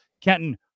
Kenton